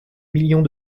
millions